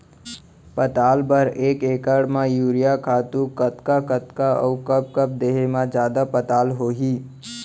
पताल बर एक एकड़ म यूरिया खातू कतका कतका अऊ कब कब देहे म जादा पताल होही?